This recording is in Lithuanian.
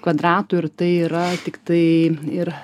kvadratų ir tai yra tiktai ir